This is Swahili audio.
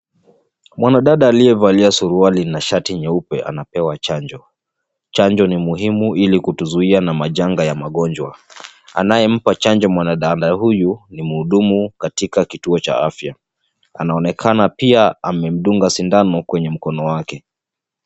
Mwanadada aliyevalia suruali na shati nyeupe anapewa chanjo. Chanjo ni muhimu ili kutuzuia na majanga ya magonjwa. Anayempa chanjo mwanadada huyu ni mhudumu katika kituo cha afya. Anaonekana pia amemdunga sindano kwenye mkono wake.